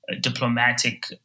diplomatic